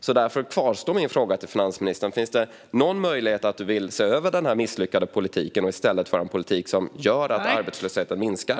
Min fråga till finansministern kvarstår därför: Finns det någon möjlighet att hon vill se över den misslyckade politiken och i stället föra en politik som gör att arbetslösheten minskar?